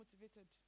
motivated